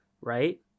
right